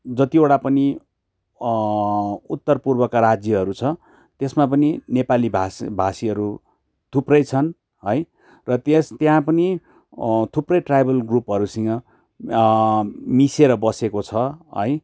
जतिवटा पनि उत्तर पूर्वका राज्यहरू छ त्यसमा पनि नेपाली भाषा भाषीहरू थुप्रै छन् है र त्यस त्यहाँ पनि थुप्रै ट्राइबल ग्रुपहरूसँग मिसिएर बसेको छ है